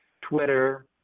Twitter